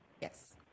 Yes